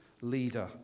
leader